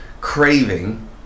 craving